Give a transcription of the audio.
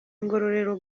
ngororero